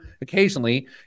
occasionally